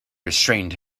restrained